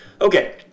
okay